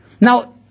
Now